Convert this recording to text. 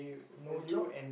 a job